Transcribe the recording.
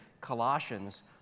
Colossians